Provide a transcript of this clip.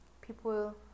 people